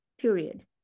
period